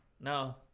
No